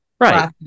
Right